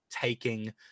taking